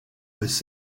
was